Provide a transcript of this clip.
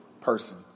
person